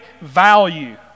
value